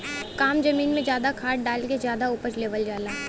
कम जमीन में जादा खाद डाल के जादा उपज लेवल जाला